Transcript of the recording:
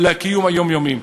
לקיום היומיומי,